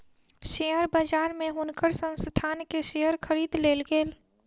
share बजार में हुनकर संस्थान के शेयर खरीद लेल गेल